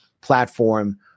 platform